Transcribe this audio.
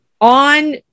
on